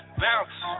bounce